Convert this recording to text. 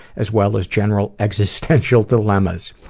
as well as general existential dilemmas.